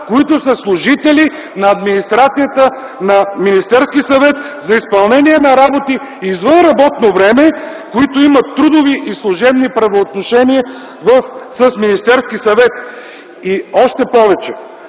които са служители на администрацията на Министерския съвет за изпълнение на работи извън работно време, които имат трудови и служебни правоотношения с Министерския съвет.” Още повече